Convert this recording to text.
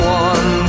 one